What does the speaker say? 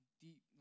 deep